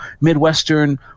midwestern